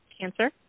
Cancer